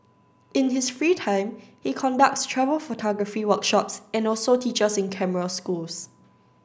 in his free time he conducts travel photography workshops and also teaches in camera schools